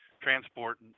transport